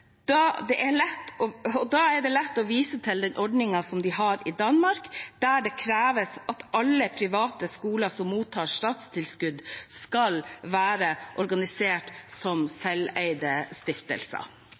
Da er det lett å vise til den ordningen de har i Danmark, der det kreves at alle private skoler som mottar statstilskudd, skal være organisert som